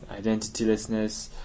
identitylessness